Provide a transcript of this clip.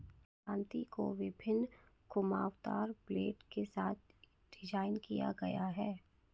दरांती को विभिन्न घुमावदार ब्लेड के साथ डिज़ाइन किया गया है